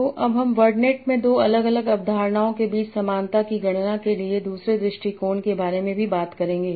तो अब हम वर्डनेट में दो अलग अलग अवधारणाओं के बीच समानता की गणना के लिए दूसरे दृष्टिकोण के बारे में भी बात करेंगे